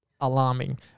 Alarming